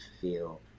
feel